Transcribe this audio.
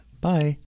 Bye